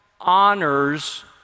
honors